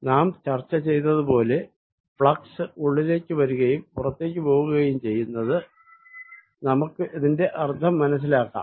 നാം ചർച്ച ചെയ്തത് പോലെ ഫ്ലക്സ് ഉള്ളിലേക്ക് വരികയും പുറത്തേക്കു പോകുകയും ചെയ്യുന്നതിന്റെ അർത്ഥം മനസിലാക്കാം